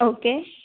okay